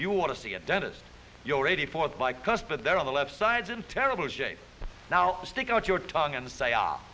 you want to see a dentist your eighty fourth like us but they're on the left side in terrible shape now stick out your tongue and say